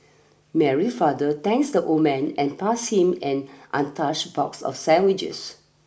Mary's father thanks the old man and pass him an untouched box of sandwiches